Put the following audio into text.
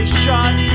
shot